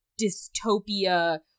dystopia